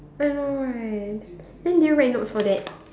I know right then did you write notes for that